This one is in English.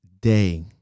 day